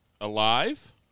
alive